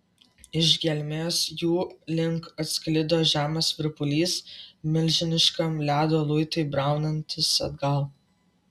iš gelmės jų link atsklido žemas virpulys milžiniškam ledo luitui braunantis atgal